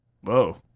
Whoa